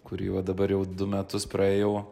kuriuo dabar jau du metus praėjau